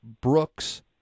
Brooks